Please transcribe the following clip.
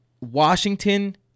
Washington